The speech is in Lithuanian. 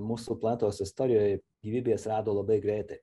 mūsų planetos istorijoj gyvybė atsirado labai greitai